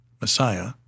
Messiah